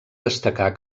destacar